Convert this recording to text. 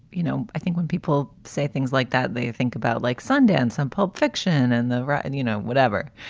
you know, i think when people say things like that, they think about like sundance and pulp fiction and the right and, you know, whatever.